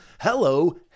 hello